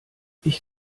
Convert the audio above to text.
ich